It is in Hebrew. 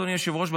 אדוני היושב-ראש,